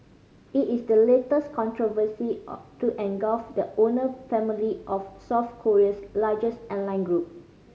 it is the latest controversy to engulf the owner family of South Korea's largest airline group